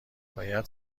باید